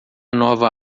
nova